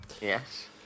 Yes